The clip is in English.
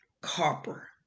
copper